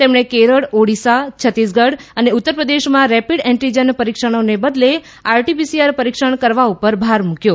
તેમણે કેરળ ઓડિશા છત્તીસગઢ અને ઉત્તર પ્રદેશમાં રેપિડ એન્ટિજન પરીક્ષણોને બદલે આરટી પીસીઆર પરીક્ષણ કરવા પર ભાર મૂક્યો